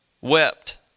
wept